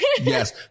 yes